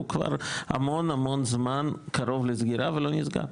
זה כבר המון המון זמן קרוב לסגירה ולא נסגר,